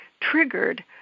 triggered